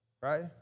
right